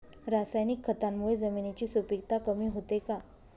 रासायनिक खतांमुळे जमिनीची सुपिकता कमी होते का?